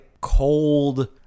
cold